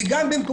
ובמיוחד,